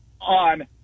on